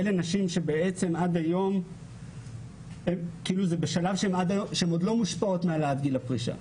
אלה נשים שהן בשלב שעוד לא מושפעות מהעלאת גיל הפרישה,